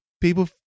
people